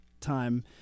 time